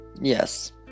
Yes